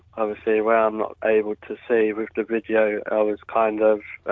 obviously where i'm not able to see with the video i was kind of